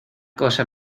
cosa